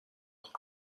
خوب